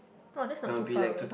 oh that's not too far away